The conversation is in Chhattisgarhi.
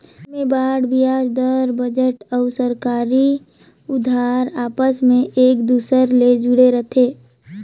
ऐम्हें बांड बियाज दर, बजट अउ सरकारी उधार आपस मे एक दूसर ले जुड़े रथे